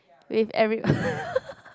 if every